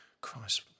christ